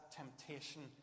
temptation